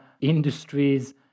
industries